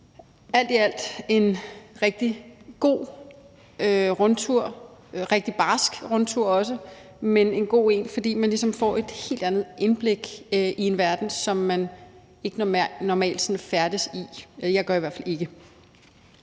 alt var det en rigtig god rundtur, rigtig barsk rundtur også, men en god en, fordi man ligesom får et helt andet indblik i en verden, som man ikke normalt sådan færdes i – jeg gør i hvert fald ikke.